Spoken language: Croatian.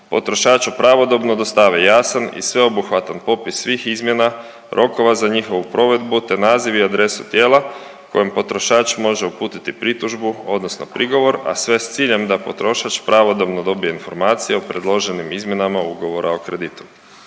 potrošaču pravodobno dostave jasan i sveobuhvatan popis svih izmjena, rokova za njihovu provedbu, te naziv i adresu tijela kojem potrošač može uputiti pritužbu odnosno prigovor, a sve s ciljem da potrošač pravodobno dobije informacije o predloženim izmjenama ugovora o kreditu.